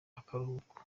akaruhuko